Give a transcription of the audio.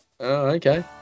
okay